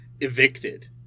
evicted